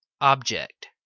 object